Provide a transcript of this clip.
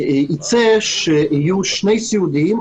יצא שיהיו שני סיעודיים,